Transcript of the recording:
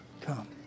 Come